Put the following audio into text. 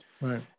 Right